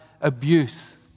abuse